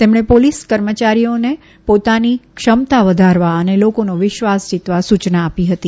તેમણે પોલીસ કર્મચારીઓને પોતાની ક્ષમતા વધારવા અને લોકોનો વિશ્વાસ જીતવા સૂચના આપી હતી